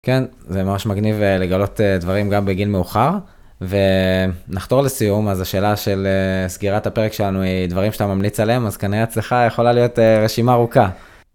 כן, זה ממש מגניב לגלות דברים גם בגיל מאוחר. ונחתור לסיום, אז השאלה של סגירת הפרק שלנו היא דברים שאתה ממליץ עליהם, אז כנראה אצלך יכולה להיות רשימה ארוכה.